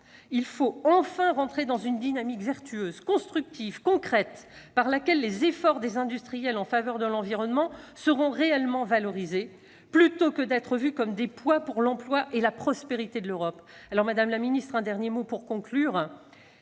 Il faut enfin entrer dans une dynamique vertueuse, constructive, concrète, grâce à laquelle les efforts des industriels en faveur de l'environnement seront réellement valorisés, plutôt que d'être vus comme des poids pour l'emploi et la prospérité de l'Europe. En conclusion, madame la secrétaire